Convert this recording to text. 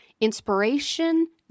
inspiration